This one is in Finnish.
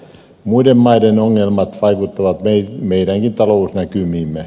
muiden maiden ongelmat vaikuttavat meidänkin talousnäkymiimme